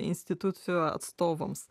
institucijų atstovams